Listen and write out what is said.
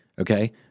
okay